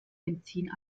benzin